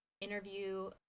interview